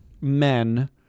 men